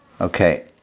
Okay